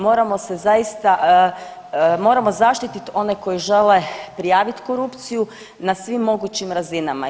Moramo se zaista, moramo zaštititi one koji žele prijaviti korupciju na svim mogućim razinama.